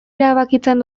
erabakitzen